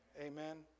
Amen